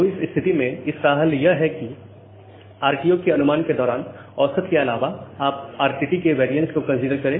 तो इस स्थिति में इसका हल यह है कि RTO के अनुमान के दौरान औसत के अलावा आप RTT के वैरियन्स को कंसीडर करें